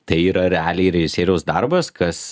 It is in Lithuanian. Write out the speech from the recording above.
tai yra realiai režisieriaus darbas kas